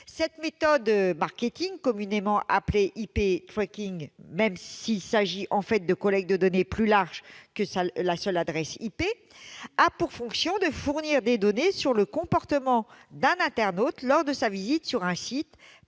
Cette méthode de marketing, communément appelée «», même s'il s'agit en fait de collecte de données plus larges que la seule adresse IP, a pour fonction de fournir des données sur le comportement d'un internaute sur une page web lors de sa visite sur un site